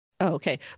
okay